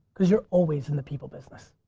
cause you're always in the people business.